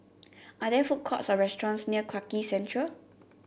are there food courts or restaurants near Clarke Quay Central